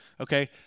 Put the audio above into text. okay